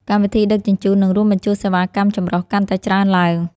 កម្មវិធីដឹកជញ្ជូន នឹងរួមបញ្ចូលសេវាកម្មចម្រុះកាន់តែច្រើនឡើង។